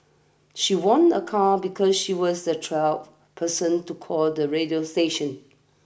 she won a car because she was the twelve person to call the radio station